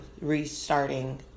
restarting